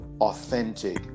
authentic